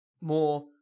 More